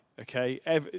Okay